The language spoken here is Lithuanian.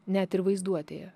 net ir vaizduotėje